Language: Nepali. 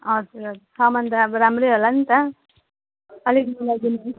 हजुर हजुर सामान त अब राम्रै होला नि त अलिक मिलाइदिनुहोस्